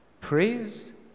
Praise